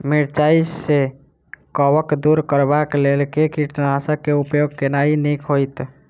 मिरचाई सँ कवक दूर करबाक लेल केँ कीटनासक केँ उपयोग केनाइ नीक होइत?